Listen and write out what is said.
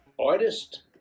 artist